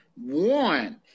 One